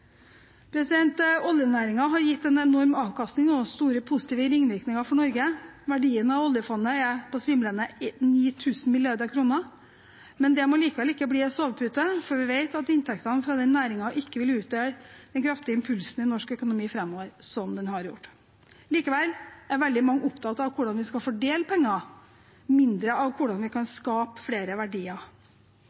har gitt en enorm avkastning og store positive ringvirkninger for Norge. Verdien av oljefondet er på svimlende 9 000 mrd. kr. Men det må likevel ikke bli en sovepute, for vi vet at inntektene fra den næringen ikke vil utgjøre den kraftige impulsen i norsk økonomi framover som den har gjort. Likevel er veldig mange opptatt av hvordan vi skal fordele pengene, og mindre av hvordan vi kan skape flere verdier.